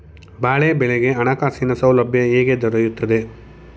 ಬಾಳೆ ಬೆಳೆಗೆ ಹಣಕಾಸಿನ ಸೌಲಭ್ಯ ಹೇಗೆ ದೊರೆಯುತ್ತದೆ?